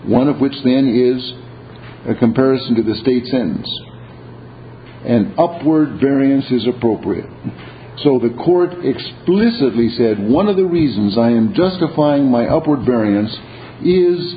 one of which then is a comparison to the states in an upward variance is appropriate so the court explicitly said one of the reasons i am just applying my upward variance is